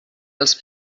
els